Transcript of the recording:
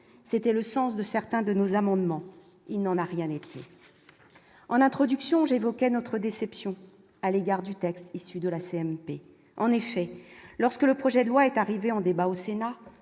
c'était le sens de certains de nos amendements, il n'en a rien été en introduction, j'évoquais notre déception à l'égard du texte issu de la CMP, en effet, lorsque le projet de loi est arrivé en débat au Sénat,